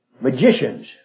magicians